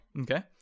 okay